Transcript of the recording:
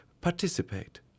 participate